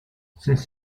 since